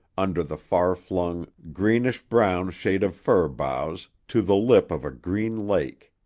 under the far-flung, greenish-brown shade of fir boughs, to the lip of a green lake.